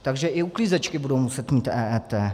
Takže i uklízečky budou muset mít EET.